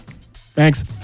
thanks